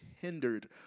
hindered